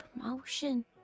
promotion